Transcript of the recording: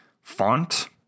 font